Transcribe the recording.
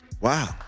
Wow